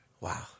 Wow